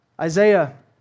Isaiah